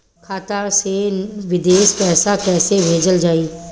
खाता से विदेश पैसा कैसे भेजल जाई?